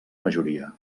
majoria